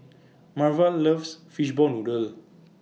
Marva loves Fishball Noodle